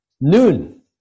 Noon